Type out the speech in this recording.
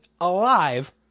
alive